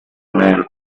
man